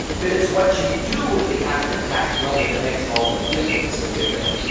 but it's what you do with the after-tax money that makes all the difference. so, get ready.